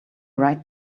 right